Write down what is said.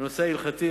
בנושא ההלכתי,